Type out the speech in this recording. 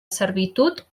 servitud